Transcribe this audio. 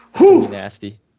Nasty